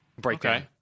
Breakdown